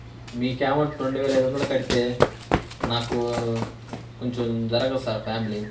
మీకు ఏమో రెండు వేల ఐదు వందలు కడితే నాకు కొంచెం జరగదు సార్ ఫ్యామిలీ